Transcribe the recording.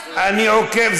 אני עוקב.